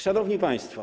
Szanowni Państwo!